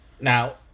Now